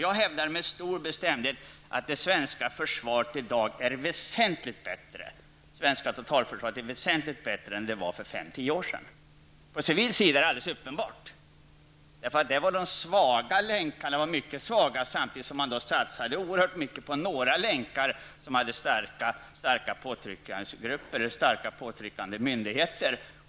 Jag hävdar med stor bestämdhet att det svenska totalförsvaret i dag är väsentligt bättre än det var för fem--tio år sedan. På civil sida är detta alldeles uppenbart. Vi hade svaga länkar där, samtidigt som man satsade oerhört mycket på några länkar som hade starka påtryckningsgrupper och påtryckande myndigheter.